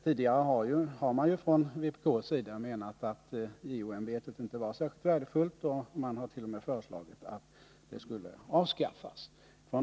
Vpk har ju tidigare ansett att JO-ämbetet inte var särskilt värdefullt, och man har t.o.m. föreslagit att det skulle avskaffas.